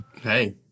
Hey